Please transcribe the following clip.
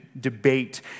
debate